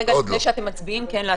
לפני שאתם מצביעים, אני רוצה להגיד משהו.